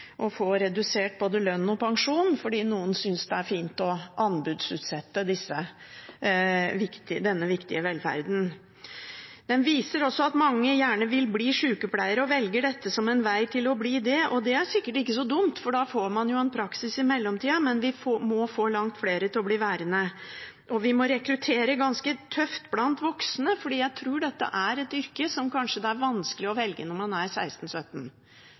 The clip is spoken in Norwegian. å få redusert både lønn og pensjon fordi noen synes det er fint å anbudsutsette denne viktige velferden. Rapporten viser også at mange gjerne vil bli sykepleiere og velger dette som en vei til å bli det. Det er sikkert ikke så dumt, for da får man jo praksis i mellomtida. Men vi må få langt flere til å bli værende, og vi må rekruttere ganske tøft blant voksne, for jeg tror dette er et yrke som kanskje er vanskelig å velge når man er